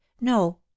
No